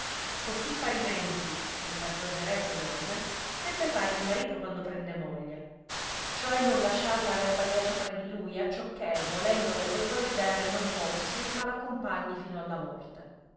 così parimenti mi perdonarete donne debbe fare il marito quando prende moglie ciò è non lasciarla aver balia sopra di lui acciò che volendole poi provedere non possi ma la compagni fino alla morte